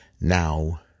Now